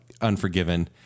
Unforgiven